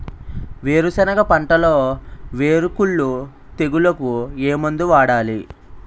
వేరుసెనగ పంటలో వేరుకుళ్ళు తెగులుకు ఏ మందు వాడాలి?